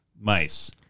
Mice